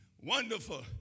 wonderful